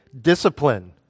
Discipline